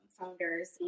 founders